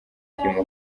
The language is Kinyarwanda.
kubaha